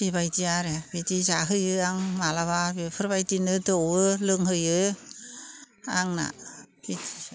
बेबायदि आरो बिदि जाहोयो आं माब्लाबा बेफोरबायदिनो दौवो लोंहोयो आंना बिदिसो